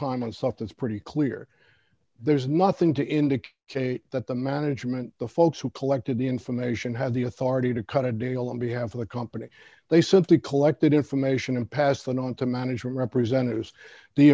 time on soft it's pretty clear there's nothing to indicate that the management the folks who collected the information had the authority to cut a deal on behalf of the company they simply collected information and passed it on to management representatives the